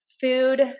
food